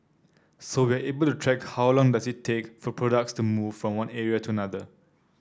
so we're able to track how long does it take for products to move from one area to another